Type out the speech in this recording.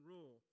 Rule